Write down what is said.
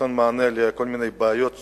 כל יום נותן מענה לכל מיני בעיות חינוך,